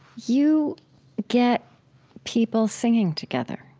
you get people singing together.